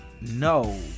no